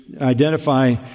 identify